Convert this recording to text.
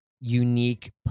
unique